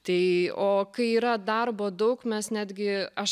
tai o kai yra darbo daug mes netgi aš